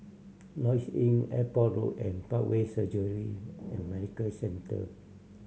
Lloyds Inn Airport Road and Parkway Surgery and Medical Centre